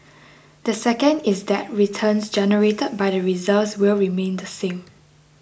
the second is that returns generated by the reserves will remain the same